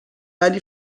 ولی